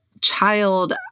child